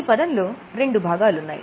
ఈ పదంలో రెండు భాగాలున్నాయి